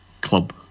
club